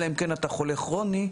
אלא אם כן אתה חולה כרוני,